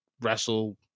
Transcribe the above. wrestle